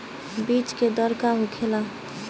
बीज के दर का होखेला?